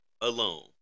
alone